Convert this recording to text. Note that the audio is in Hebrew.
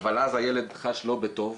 אבל אז הילד חש לא בטוב,